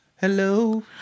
Hello